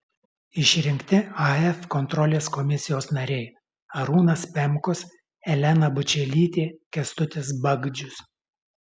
išrinkti af kontrolės komisijos nariai arūnas pemkus elena bučelytė kęstutis bagdžius